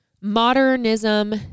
modernism